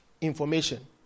information